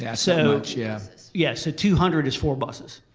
yeah so much, yeah yeah so two hundred is four buses,